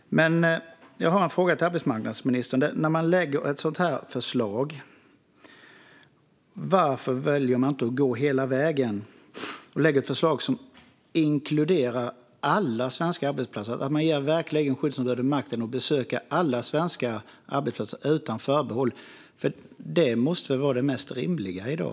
Jag har en fråga till arbetsmarknadsministern. Varför väljer man inte att gå hela vägen när man lägger fram ett sådant här förslag? Varför lägger man inte fram ett förslag som inkluderar alla svenska arbetsplatser och som ger skyddsombuden makten att besöka alla svenska arbetsplatser utan förbehåll? Det måste väl vara det mest rimliga i dag?